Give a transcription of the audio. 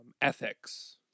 ethics